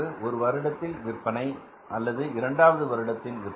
ஒரு வருடத்தில் விற்பனை அல்லது இரண்டாவது வருடத்தில் விற்பனை